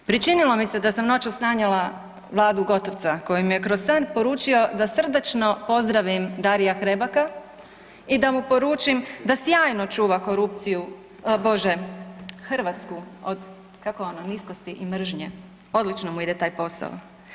Pričinilo mi se da sam noćas sanjala Vladu Gotovca koji mi je kroz san poručio da srdačno poručim Daria Hrebaka i da mu poručim da sjajno čuva korupciju, Bože Hrvatsku od kako ono niskosti i mržnje, odlično mu ide taj posao.